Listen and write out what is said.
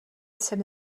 jsem